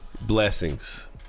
Blessings